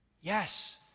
Yes